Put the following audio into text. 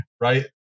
right